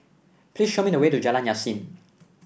please show me the way to Jalan Yasin